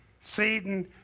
Satan